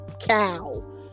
cow